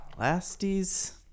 Lasties